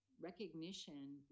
Recognition